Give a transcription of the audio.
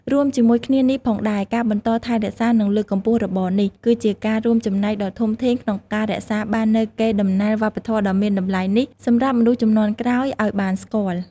រួមជាមួយគ្នានេះផងដែរ ការបន្តថែរក្សា និងលើកកម្ពស់របរនេះ គឺជាការរួមចំណែកដ៏ធំធេងក្នុងការរក្សាបាននូវកេរដំណែលវប្បធម៌ដ៏មានតម្លៃនេះសម្រាប់មនុស្សជំនាន់ក្រោយឲ្យបានស្គាល់។